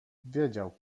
wiedział